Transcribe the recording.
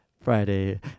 Friday